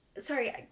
Sorry